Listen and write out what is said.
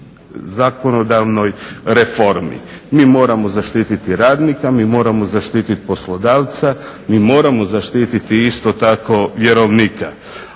zakonodavnoj reformi. Mi moramo zaštititi radnika, mi moramo zaštititi poslodavca, mi moramo zaštititi isto tako vjerovnika.